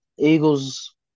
Eagles